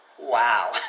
Wow